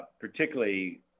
particularly